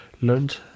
learned